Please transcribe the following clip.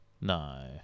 no